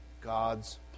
God's